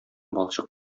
балчык